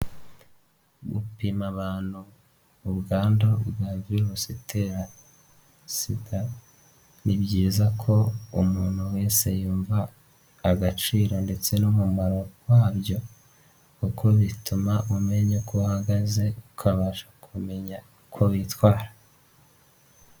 Gupima abantu ubwandu bwa virusi itera sida, ni byiza ko umuntu wese yumva agaciro ndetse n'umumaro wabyo, kuko bituma umenya ko uhagaze, ukabasha kumenya uko witwara.